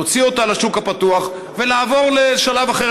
להוציא אותה לשוק הפתוח ולעבור לשלב אחר